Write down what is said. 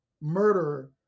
murder